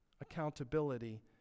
Accountability